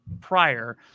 prior